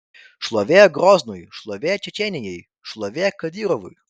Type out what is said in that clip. šlovė groznui šlovė čečėnijai šlovė kadyrovui